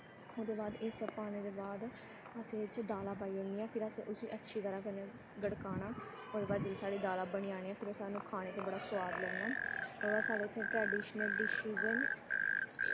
ओह्दे बाद एह् सब पाने दे बाद फिर असें दालां पाई ओड़नियां फिर असें इसी अच्छी तरह् कन्नै गड़काना ओह्दे बाद जिसलै साढ़ी दालां बनी जानियां फिर साह्नूं खाने ते बड़ा सोआद लगना ओह्दे बाद साढ़े इत्थै ट्रडिशनल डिशिज न